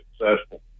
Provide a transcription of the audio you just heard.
successful